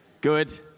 Good